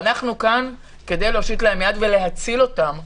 אנו כאן כדי להושיט להן יד ולהציל אותן,